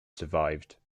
survived